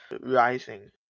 rising